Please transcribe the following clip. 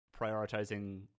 prioritizing